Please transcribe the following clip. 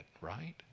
right